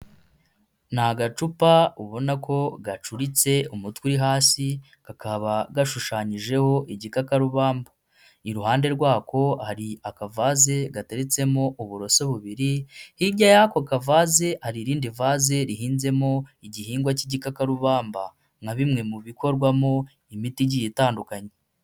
Ni agacupa ubona ko gacuritse umutwe uri hasi kakaba gashushanyijeho igikakarubamba, iruhande rwako hari akavaze gateretsemo uburoso bubiri, hirya y'ako kavase hari irindi vase rihinzemo igihingwa cy'igikakarubamba, nka bimwe mu bikorwamo imiti igiye itandukanye.